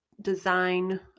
design